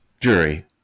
jury